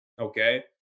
okay